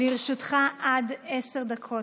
לרשותך עד עשר דקות.